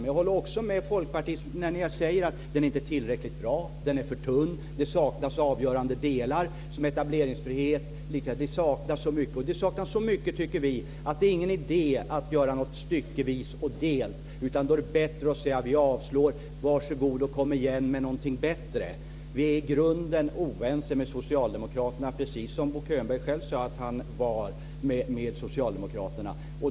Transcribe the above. Men jag håller också med Folkpartiet när ni säger att den inte är tillräckligt bra. Den är för tunn. Det saknas avgörande delar som etableringsfrihet och liknande. Det saknas så mycket, tycker vi, att det inte är någon idé att göra något styckevis och delt. Då är det bättre att säga: Vi avslår, varsågod att komma igen med något bättre. Vi är i grunden oense med Socialdemokraterna precis som Bo Könberg sade att han själv var.